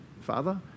Father